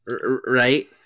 Right